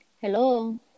Hello